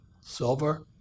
silver